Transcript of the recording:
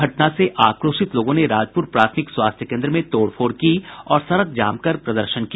घटना से आक्रोशित लोगों ने राजपुर प्राथमिक स्वास्थ्य केंद्र में तोड़फोड़ की और सड़क जाम कर प्रदर्शन किया